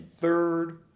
third